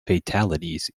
fatalities